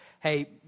Hey